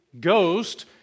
Ghost